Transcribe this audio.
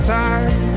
time